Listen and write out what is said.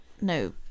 no